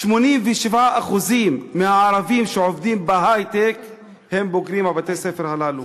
87% מהערבים שעובדים בהיי-טק הם בוגרי בתי-הספר הללו,